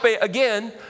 again